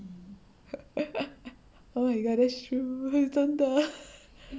oh my god that's true